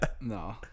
No